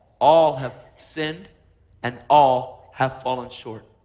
all have sinned and all have fallen short.